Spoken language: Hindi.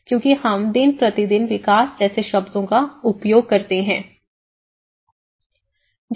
क्योंकि हम दिन प्रतिदिन विकास जैसे शब्दों का उपयोग करते हैं